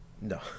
No